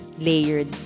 layered